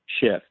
shift